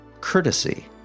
courtesy